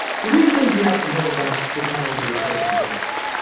three things you have to know about totality of circumstances.